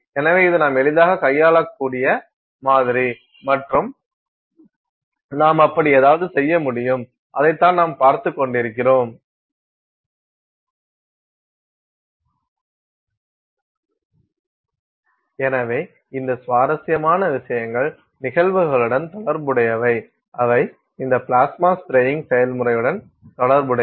எனவே இது நாம் எளிதாகக் கையாளக்கூடிய ஒரு மாதிரி மற்றும் நாம் அப்படி ஏதாவது செய்ய முடியும் அதைத்தான் நாம் பார்த்துக் கொண்டிருக்கிறோம் எனவே இந்த சுவாரஸ்யமான விஷயங்கள் நிகழ்வுகளுடன் தொடர்புடையவை அவை இந்த பிளாஸ்மா ஸ்பிரயிங் செயல்முறையுடன் தொடர்புடையவை